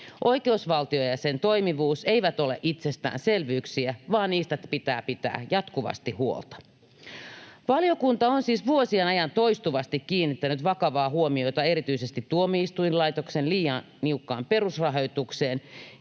Oikeusvaltio ja sen toimivuus eivät ole itsestäänselvyyksiä, vaan niistä pitää pitää jatkuvasti huolta. Valiokunta on siis vuosien ajan toistuvasti kiinnittänyt vakavaa huomiota erityisesti tuomioistuinlaitoksen liian niukkaan perusrahoitukseen